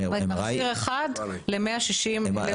זאת אומרת מכשיר אחד ל-161,000 תושבים.